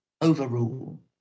overrule